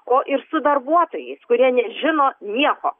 o ir su darbuotojais kurie nežino nieko